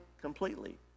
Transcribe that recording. completely